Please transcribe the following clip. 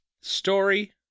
Story